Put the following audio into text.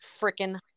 freaking